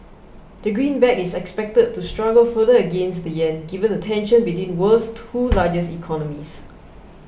the greenback is expected to struggle further against the yen given the tension between world's two largest economies